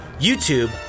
youtube